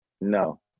no